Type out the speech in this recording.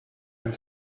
and